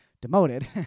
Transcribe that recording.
demoted